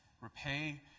repay